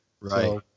Right